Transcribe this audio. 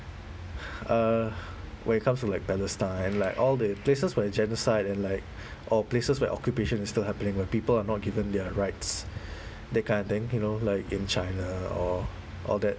uh when it comes to like palestine like all the places where a genocide and like or places where occupation is still happening when people are not given their rights that kind of thing you know like in china or all that